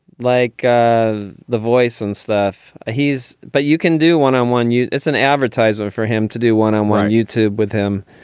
like the voice and stuff. ah he's. but you can do one on one. it's an advertiser for him to do one on one on youtube with him.